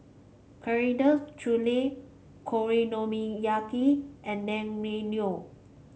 Coriander Chutney Okonomiyaki and Naengmyeon